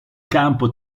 campo